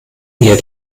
ihr